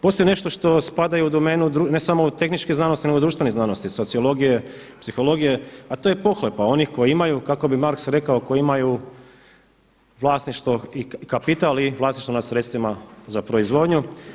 Postoji i nešto što spada i u domenu, ne samo u tehničke znanosti nego i u društvene znanosti, sociologije, psihologije a to je pohlepa onih koji imaju kako bi Marks rekao koji imaju vlasništvo i kapital i vlasništvo na sredstvima za proizvodnju.